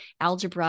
algebra